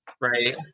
right